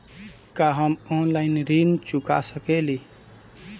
का हम ऑनलाइन ऋण चुका सके ली?